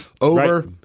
over